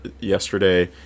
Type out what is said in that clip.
yesterday